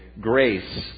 Grace